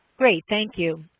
great. thank you.